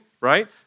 right